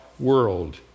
world